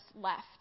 left